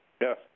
Yes